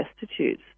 destitute